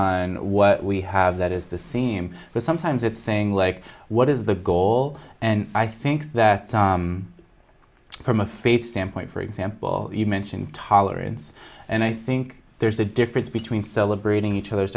on what we have that is the same but sometimes it's saying like what is the goal and i think that from a faith standpoint for example you mention tolerance and i think there's a difference between celebrating each other's